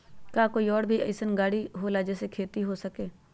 का कोई और भी अइसन और गाड़ी होला जे से खेती हो सके?